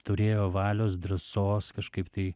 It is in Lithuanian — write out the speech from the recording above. turėjo valios drąsos kažkaip tai